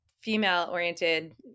female-oriented